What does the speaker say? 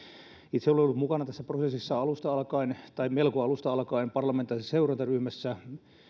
itse olen ollut mukana tässä prosessissa alusta alkaen tai melko alusta alkaen parlamentaarisessa seurantaryhmässä